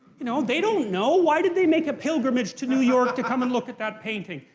you know they don't know, why did they make a pilgrimage to new york to come and look at that painting?